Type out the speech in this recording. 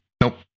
Nope